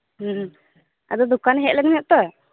ᱦᱮᱸ ᱟᱫᱚ ᱫᱚᱠᱟᱱ ᱦᱮᱡᱞᱮᱱᱟ ᱛᱚ